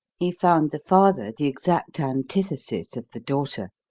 he found the father the exact antithesis of the daughter,